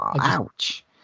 Ouch